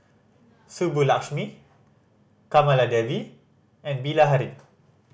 Subbulakshmi Kamaladevi and Bilahari